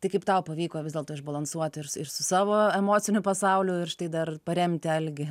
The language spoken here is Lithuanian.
tai kaip tau pavyko vis dėlto išbalansuoti ir ir su savo emociniu pasauliu ir štai dar paremti algį